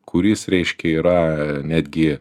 kuris reiškia yra netgi